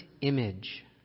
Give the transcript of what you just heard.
image